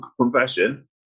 Confession